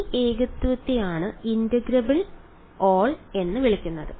ഈ ഏകത്വത്തെയാണ് integrable all എന്ന് വിളിക്കുന്നത്